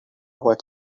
about